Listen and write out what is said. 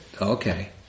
okay